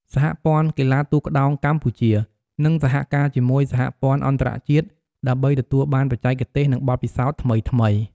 សហព័ន្ធកីឡាទូកក្ដោងកម្ពុជានឹងសហការជាមួយសហព័ន្ធអន្តរជាតិដើម្បីទទួលបានបច្ចេកទេស និងបទពិសោធន៍ថ្មីៗ។